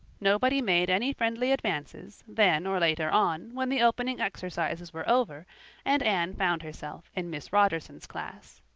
nobody made any friendly advances, then or later on when the opening exercises were over and anne found herself in miss rogerson's class.